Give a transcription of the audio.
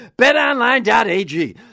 betonline.ag